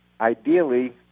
Ideally